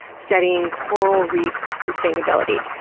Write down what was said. studying coral reef sustainability.